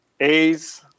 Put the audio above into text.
A's